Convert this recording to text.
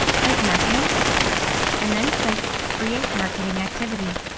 click marketing and then click create marketing activity.